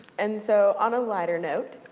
and so, on a lighter note,